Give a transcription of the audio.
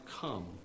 come